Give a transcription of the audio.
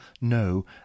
no